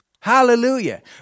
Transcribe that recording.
Hallelujah